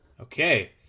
Okay